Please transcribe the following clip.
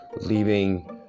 leaving